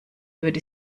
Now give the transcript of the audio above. würde